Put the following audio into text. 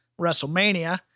WrestleMania